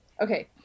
okay